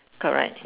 correct